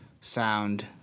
sound